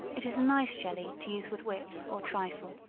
it is a nice jelly to use with whips or trifle.